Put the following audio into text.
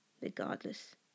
Regardless